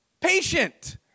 patient